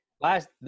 Last –